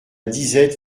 disette